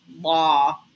law